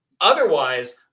Otherwise